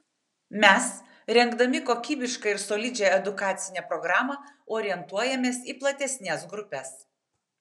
mes rengdami kokybišką ir solidžią edukacinę programą orientuojamės į platesnes grupes